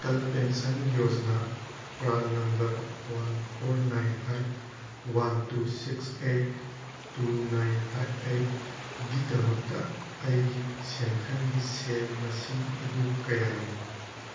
Atal pension Yojana PRAN number one four nine five one two six eight two nine five eight ꯒꯤꯗꯃꯛꯇ ꯑꯩꯒꯤ ꯁꯦꯟꯊꯪꯒꯤ ꯁꯦꯜ ꯃꯁꯤꯡ ꯑꯗꯨ ꯀꯌꯥꯅꯣ